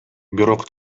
бирок